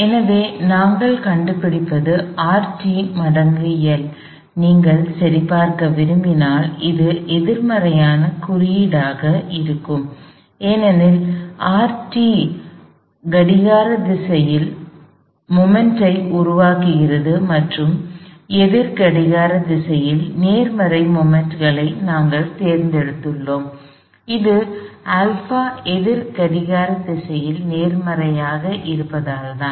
எனவே நாங்கள் கண்டுபிடிப்பது Rt மடங்கு L நீங்கள் சரி பார்க்க விரும்பினால் அது எதிர்மறையான குறியீடாக இருக்க வேண்டும் ஏனெனில் Rt கடிகார திசையில் தருணத்தை உருவாக்குகிறது மற்றும் எதிர் கடிகார திசையில் நேர்மறை தருணங்களை நாங்கள் தேர்ந்தெடுத்துள்ளோம் அது α எதிர் கடிகார திசையில் நேர்மறையாக இருப்பதால் தான்